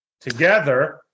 together